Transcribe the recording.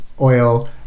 oil